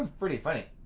pretty funny